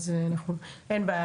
אין בעיה,